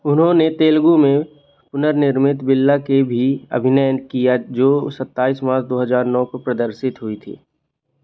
उन्होंने तेलगू में पुनर्निर्मित बिल्ला के में भी अभिनय किया जो सत्ताईस मार्च दो हज़ार नौ को प्रदर्शित हुई थी